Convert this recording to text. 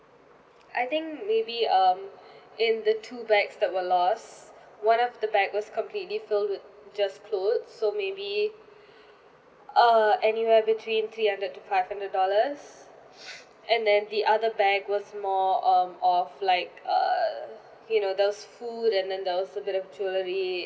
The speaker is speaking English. I think maybe um in the two bags that were lost one of the bag was completely filled with just clothes so maybe err anywhere between three hundred to five hundred dollars and then the other bag was more um of like err you know those food and then there was a bit of jewellery